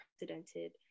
unprecedented